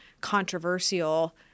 controversial